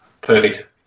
Perfect